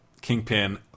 Kingpin